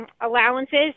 allowances